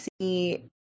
see